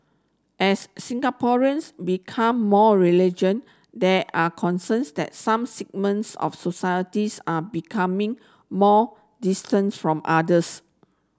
as Singaporeans become more religion there are concerns that some segments of societies are becoming more distant from others